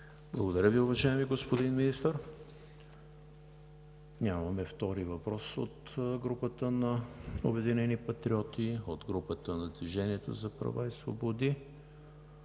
Благодаря Ви, уважаеми господин Министър. Нямаме втори въпрос от групата на „Обединени патриоти“ и групата на „Движението за права и свободи“.